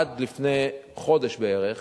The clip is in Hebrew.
עד לפני חודש בערך,